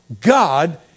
God